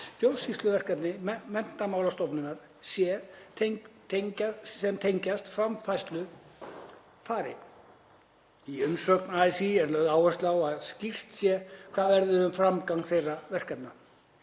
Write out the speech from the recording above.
stjórnsýsluverkefni Menntamálastofnunar sem tengjast framhaldsfræðslu fari. Í umsögn ASÍ er lögð áhersla á að skýrt sé hvað verði um framgang þeirra verkefna